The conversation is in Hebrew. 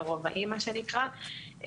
לרובעים מה שנקרא,